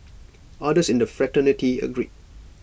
others in the fraternity agreed